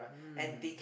mm